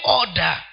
order